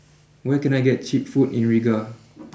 where can I get cheap food in Riga